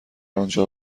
آنجا